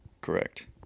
Correct